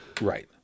Right